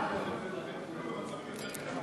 את מרוכזת אפילו במצבים יותר קשים,